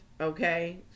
okay